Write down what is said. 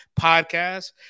podcast